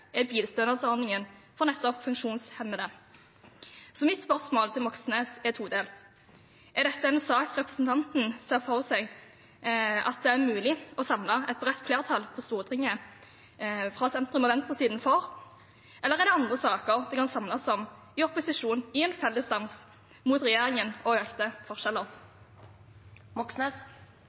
er bilstønadsordningen for nettopp funksjonshemmede. Mitt spørsmål til Moxnes er todelt: Er dette en sak representanten ser for seg at det er mulig å samle et bredt flertall for på Stortinget fra sentrum og venstresiden, eller er det andre saker vi kan samles om i opposisjon i en felles sak mot regjeringen og økte forskjeller? Jeg tror et flertall på Stortinget ønsker å utjevne forskjellene